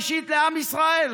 מדינת ישראל.